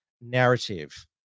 narrative